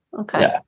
Okay